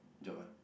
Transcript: job ah